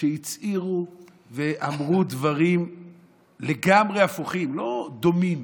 שהצהירו ואמרו דברים לגמרי הפוכים, לא דומים.